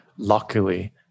luckily